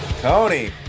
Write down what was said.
Tony